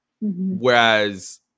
Whereas